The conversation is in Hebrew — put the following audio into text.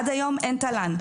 עד היום אין תל"ן.